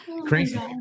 crazy